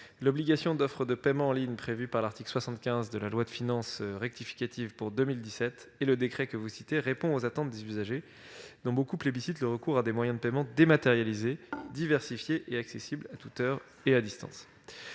L'obligation d'offre de paiement en ligne, prévue par l'article 75 de la loi de finances rectificative pour 2017 et le décret que vous citez, répond aux attentes des usagers, dont beaucoup plébiscitent le recours à des moyens de paiement dématérialisés, diversifiés et accessibles à toute heure et à distance.